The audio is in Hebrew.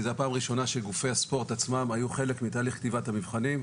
כי זו הפעם הראשונה שגופי הספורט עצמם היו חלק מכתיבת המבחנים,